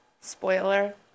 spoiler